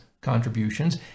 contributions